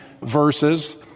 verses